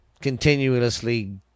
continuously